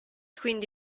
quindi